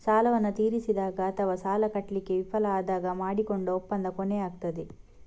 ಸಾಲವನ್ನ ತೀರಿಸಿದಾಗ ಅಥವಾ ಸಾಲ ಕಟ್ಲಿಕ್ಕೆ ವಿಫಲ ಆದಾಗ ಮಾಡಿಕೊಂಡ ಒಪ್ಪಂದ ಕೊನೆಯಾಗ್ತದೆ